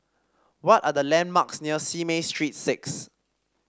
what are the landmarks near Simei Street Six